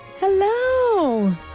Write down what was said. hello